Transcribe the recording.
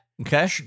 Okay